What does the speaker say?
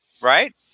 Right